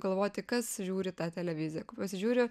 galvoti kas žiūri tą televiziją pasižiūri